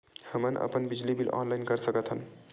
हमन अपन बिजली बिल ऑनलाइन कर सकत हन?